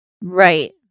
Right